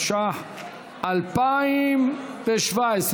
התשע"ח 2017,